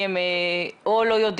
או כי הם לא יודעים,